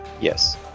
yes